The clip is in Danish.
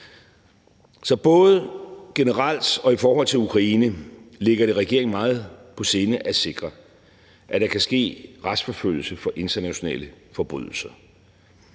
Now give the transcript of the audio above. Så både generelt og i forhold til Ukraine ligger det regeringen meget på sinde at sikre, at der kan ske en retsforfølgelse for internationale forbrydelser,